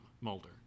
Mulder